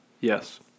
yes